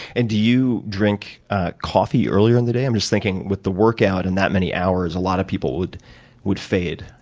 and do you drink coffee earlier in the day? i'm just thinking with the workout and that many hours, a lot of people would would fade.